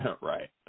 right